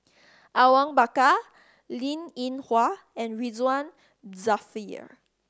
Awang Bakar Linn In Hua and Ridzwan Dzafir